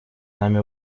нами